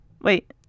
Wait